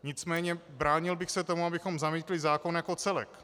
Nicméně bránil bych se tomu, abychom zamítli zákon jako celek.